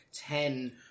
ten